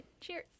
Cheers